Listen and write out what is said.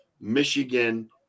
michigan